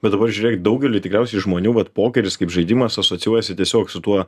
bet dabar žiūrėk daugeliui tikriausiai žmonių vat pokeris kaip žaidimas asocijuojasi tiesiog su tuo